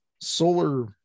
solar